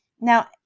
Now